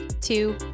two